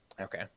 Okay